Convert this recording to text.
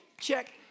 check